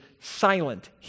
silent